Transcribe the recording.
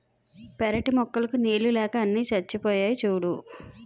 పెరటి మొక్కలకు నీళ్ళు లేక అన్నీ చచ్చిపోయాయి సూడూ